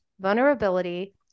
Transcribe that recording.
vulnerability